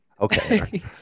Okay